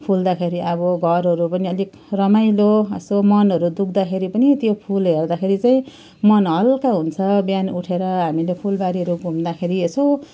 फुल्दाखेरि अब घरहरू पनि अलिक रमाइलो यसो मनहरू दुःख्दाखेरि पनि त्यो फुल हेर्दाखेरि चाहिँ मन हल्का हुन्छ बिहान उठेर हामीले फुलबारीहरू घुम्दाखेरि यसो